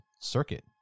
circuit